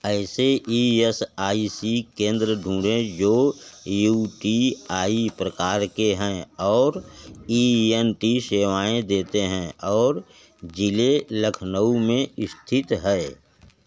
ऐसे E S I C केंद्र ढूँढें जो यू टी आई प्रकार के हैं और ई एन टी सेवाएँ देते हैं और ज़िले लखनऊ में स्थित हैं